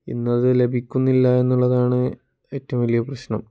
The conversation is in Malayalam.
ഇന്നത് ലഭിക്കുന്നില്ല എന്നുള്ളതാണ് ഏറ്റവും വലിയ പ്രശ്നം